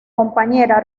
compañera